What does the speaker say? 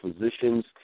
physicians